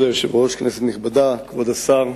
כבוד היושב-ראש, כנסת נכבדה, כבוד השר,